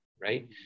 right